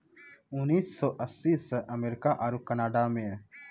उन्नीस सौ अस्सी से अमेरिका आरु कनाडा मे